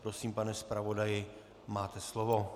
Prosím, pane zpravodaji, máte slovo.